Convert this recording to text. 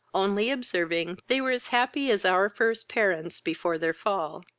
only observing they were as happy as our first parents before their fall